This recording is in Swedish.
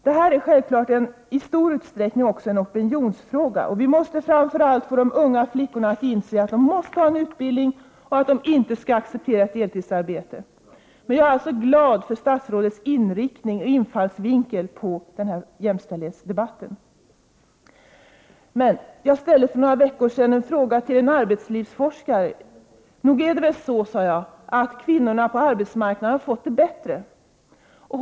Men detta är självfallet i stor utsträckning en opinionsfråga. Vi måste få framför allt de unga flickorna att inse att de måste skaffa sig en utbildning och att de inte skall acceptera ett deltidsarbete. Jag är glad över statsrådets infallsvinkel i denna jämställdhetsdebatt. Jag ställde för några veckor sedan frågan till en arbetslivsforskare: Nog är det väl så, sade jag, att kvinnorna fått det bättre på arbetsmarknaden.